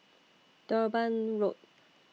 Durban Road